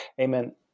Amen